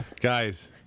Guys